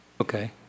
Okay